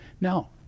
Now